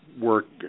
work